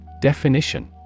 Definition